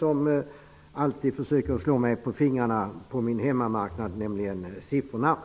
Hon försöker alltid att slå mig på fingrarna på det område där jag är hemma. Det gäller då siffror. Men